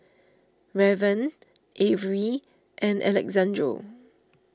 Raven Avery and Alexandro